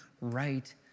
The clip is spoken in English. right